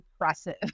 impressive